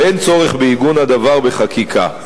ואין צורך בעיגון הדבר בחקיקה.